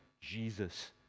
Jesus